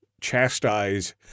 chastise